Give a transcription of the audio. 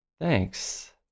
Thanks